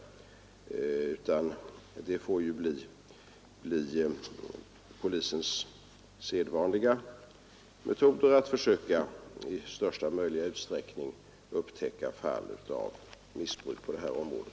Här får alltså polisens sedvanliga metoder tillgripas, att i största möjliga utsträckning försöka upptäcka fall av missbruk på detta område.